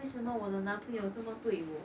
为什么我的男朋友这么对我